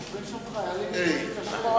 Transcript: שוכבים שם חיילים פצועים קשה.